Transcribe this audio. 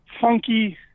funky